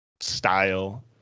style